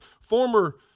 former